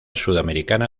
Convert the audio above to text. sudamericana